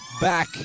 back